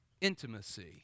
intimacy